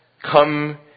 come